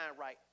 right